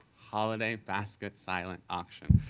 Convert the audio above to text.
holiday basket silent auction.